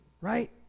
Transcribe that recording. right